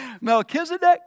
Melchizedek